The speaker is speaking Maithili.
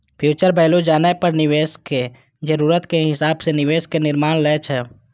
फ्यूचर वैल्यू जानै पर निवेशक जरूरत के हिसाब सं निवेश के निर्णय लै छै